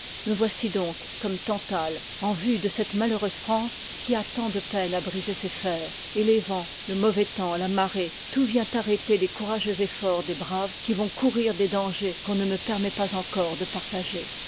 me voici donc comme tantale en vue de cette malheureuse france qui a tant de peine à briser ses fers et les vents le mauvais temps la marée tout vient arrêter les courageux efforts des braves qui vont courir des dangers qu'on ne me permet pas encore de partager